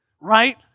right